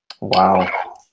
Wow